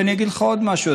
ואני אגיד לך עוד משהו,